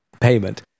payment